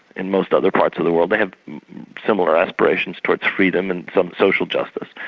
in most other parts of the world they have similar aspirations towards freedom and some social justice.